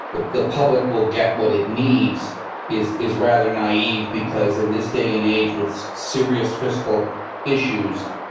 the public will get what it needs is is rather naive, because in this day and age with serious fiscal issues.